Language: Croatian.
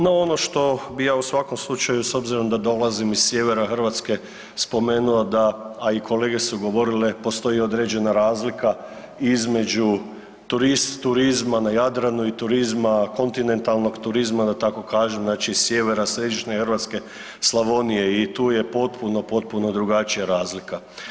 No ono što bi ja u svakom slučaju s obzirom da dolazim iz sjevera Hrvatske spomenuo da, a i kolege su govorile postoji određena razlika između turizma na Jadranu i turizma, kontinentalnog turizma da tako kažem, znači iz sjevera, središnje Hrvatske, Slavonije i tu je potpuno, potpuno drugačija razlika.